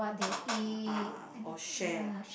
ah ah ah ah ah oh share